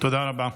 תודה רבה.